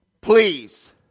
Please